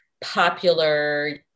popular